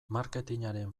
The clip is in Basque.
marketingaren